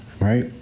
Right